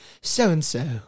so-and-so